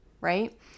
right